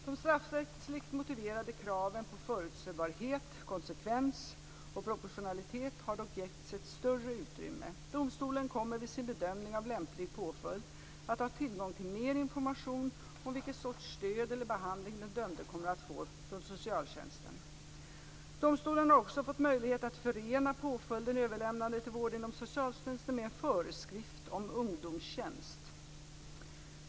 De straffrättsligt motiverade kraven på förutsebarhet, konsekvens och proportionalitet har dock getts ett större utrymme. Domstolen kommer vid sin bedömning av lämplig påföljd att ha tillgång till mer information om vilken sorts stöd eller behandling den dömde kommer att få från socialtjänsten. Domstolen har också fått möjlighet att förena påföljden överlämnande till vård inom socialtjänsten med en föreskrift om ungdomstjänst.